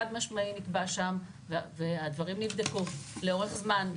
חד-משמעית נקבע שם והדברים נבדקו לאורך זמן,